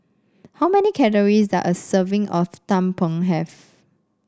how many calories does a serving of tumpeng have